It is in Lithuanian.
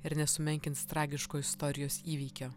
ir nesumenkins tragiško istorijos įvykio